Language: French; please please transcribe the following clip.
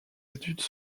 études